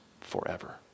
forever